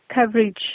coverage